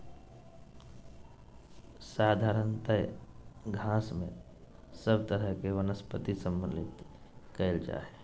साधारणतय घास में सब तरह के वनस्पति सम्मिलित कइल जा हइ